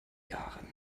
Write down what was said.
jahren